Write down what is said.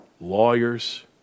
lawyers